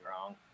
wrong